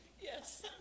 Yes